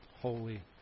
holy